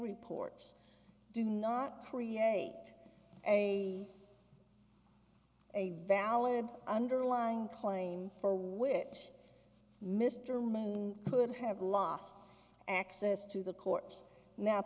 reports do not create a a valid underlying claim for which mr moon could have lost access to the court now